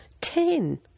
Ten